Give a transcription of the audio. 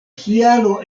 kialo